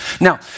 now